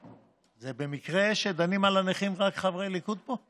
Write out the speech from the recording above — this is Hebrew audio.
זה מקרה שדנים על הנכים ורק חברי הליכוד פה,